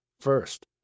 First